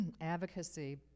advocacy